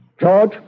George